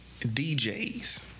DJs